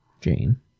Jane